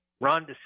Ron